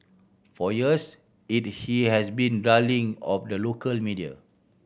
for years he'd he has been a darling of the local media